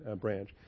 branch